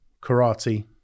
karate